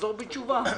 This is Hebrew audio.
נחזור בתשובה.